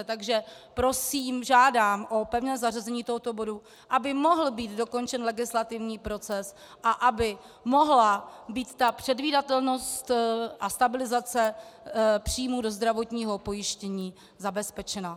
Takže prosím, žádám o pevné zařazení tohoto bodu, aby mohl být dokončen legislativní proces a aby mohla být ta předvídatelnost a stabilizace příjmů do zdravotního pojištění zabezpečena.